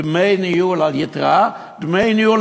דמי ניהול